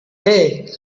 hey